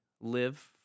live